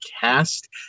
Cast